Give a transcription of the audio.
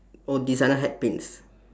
oh designer hat pins